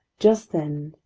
just then,